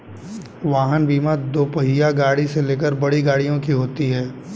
वाहन बीमा दोपहिया गाड़ी से लेकर बड़ी गाड़ियों की होती है